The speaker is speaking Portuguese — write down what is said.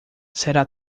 será